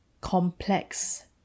complex